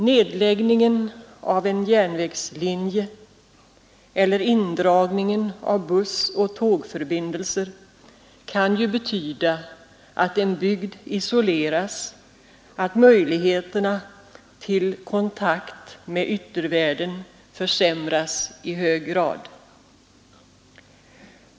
Nedläggningen av en järnvägslinje eller indragningen av bussoch tågförbindelser kan ju betyda att en bygd isoleras och att möjligheterna till kontakt med yttervärlden försämras i hög grad.